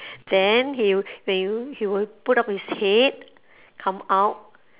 then he'll when you he will put up his head come out